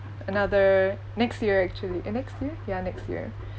another next year actually eh next year ya next year